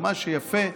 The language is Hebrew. מה שיפה --- בנט,